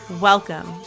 Welcome